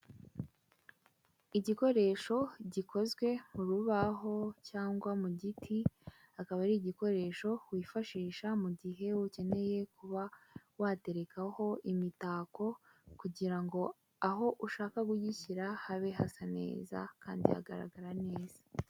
Igikoresho gikozwe ku rubaho cyangwa mu giti, akaba ari igikoresho wifashisha mu gihe ukeneye kuba waterekaho imitako kugira ngo aho ushaka kugishyira habe hasa neza kandi hagaragara neza.